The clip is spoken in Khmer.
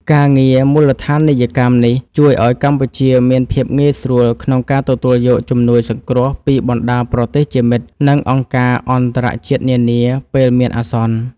ការងារមូលដ្ឋានីយកម្មនេះជួយឱ្យកម្ពុជាមានភាពងាយស្រួលក្នុងការទទួលយកជំនួយសង្គ្រោះពីបណ្តាប្រទេសជាមិត្ត និងអង្គការអន្តរជាតិនានាពេលមានអាសន្ន។